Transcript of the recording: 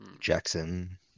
Jackson